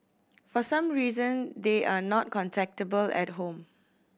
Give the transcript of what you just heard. for some reason they are not contactable at home